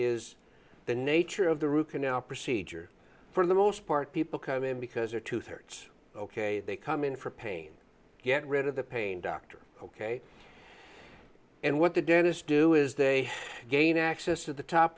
is the nature of the root canal procedure for the most part people come in because or two thirds ok they come in for pain get rid of the pain doctor ok and what the dentist do is they gain access to the top